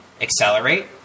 accelerate